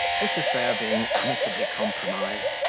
this affair being amicably compromised,